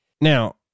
Now